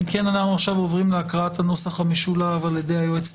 אנחנו עוברים להקראת הנוסח המשולב על ידי היועצת